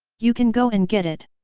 you can go and get it!